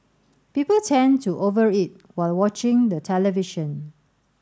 people tend to over eat while watching the television